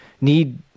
need